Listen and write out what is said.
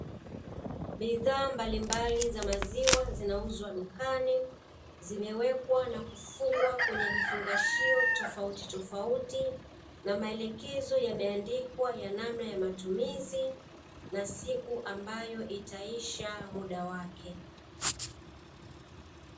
Bidhaa mbalimbali za maziwa zinauzwa dukani, zimewekwa na kufungwa kwenye vifungashio tofauti tofauti na maelekezo yameandikwa ya namna ya matumizi ya siku, ambayo itaisha muda wake.